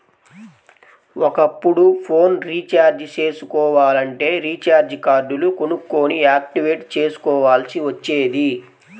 ఒకప్పుడు phone recharge చేసుకోవాలంటే recharge కార్డులు కొనుక్కొని యాక్టివేట్ చేసుకోవాల్సి వచ్చేది